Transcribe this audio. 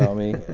me.